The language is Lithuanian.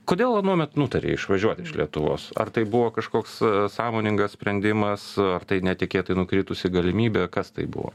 kodėl anuomet nutarei išvažiuot iš lietuvos ar tai buvo kažkoks sąmoningas sprendimas ar tai netikėtai nukritusi galimybė kas tai buvo